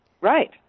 Right